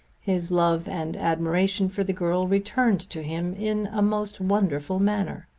his love and admiration for the girl returned to him in a most wonderful manner.